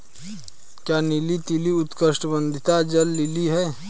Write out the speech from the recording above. क्या नीला लिली उष्णकटिबंधीय जल लिली है?